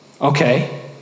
Okay